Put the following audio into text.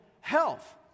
health